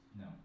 No